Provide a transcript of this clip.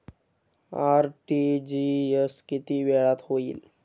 RTGS किती वेळात होईल?